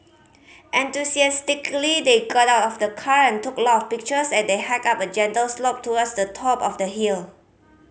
enthusiastically they got out of the car and took a lot of pictures as they hiked up a gentle slope towards the top of the hill